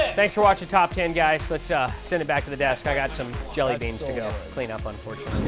thanks for watching top ten, guys. let's send it back to the desk. i got some jelly beans to go clean up, unfortunately.